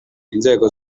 inzego